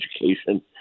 education